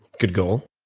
good goal.